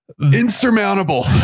Insurmountable